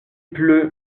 pleut